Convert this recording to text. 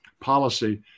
Policy